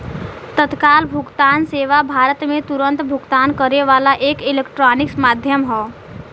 तत्काल भुगतान सेवा भारत में तुरन्त भुगतान करे वाला एक इलेक्ट्रॉनिक माध्यम हौ